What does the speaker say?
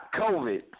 COVID